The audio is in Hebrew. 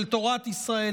של תורת ישראל,